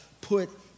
put